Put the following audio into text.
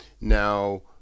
Now